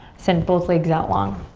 send both legs out long.